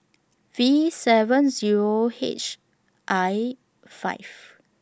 V seven Zero H I five